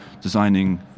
designing